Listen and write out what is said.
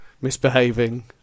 misbehaving